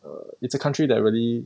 err is a country that really